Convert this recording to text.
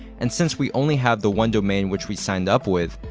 and since we only have the one domain which we signed up with,